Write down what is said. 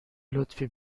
لطفی